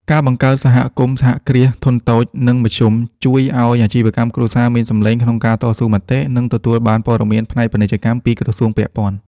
ការបង្កើតសមាគមសហគ្រាសធុនតូច និងមធ្យម ជួយឱ្យអាជីវកម្មគ្រួសារមានសំឡេងក្នុងការតស៊ូមតិ និងទទួលបានព័ត៌មានផ្នែកពាណិជ្ជកម្មពីក្រសួងពាក់ព័ន្ធ។